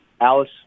Alice